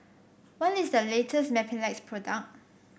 what is the latest Mepilex product